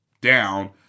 down